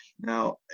Now